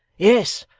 yes.